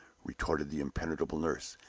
retorted the impenetrable nurse.